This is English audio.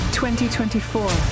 2024